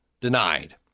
denied